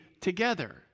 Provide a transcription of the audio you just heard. together